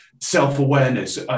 self-awareness